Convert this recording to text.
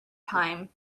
time